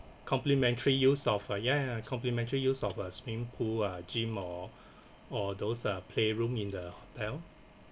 complimentary use of a ya ya complimentary use of a swimming pool ah gym or or those uh play room in the hotel